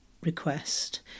request